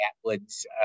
atwood's